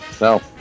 No